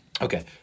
Okay